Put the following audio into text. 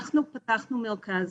אנחנו פתחנו מרכז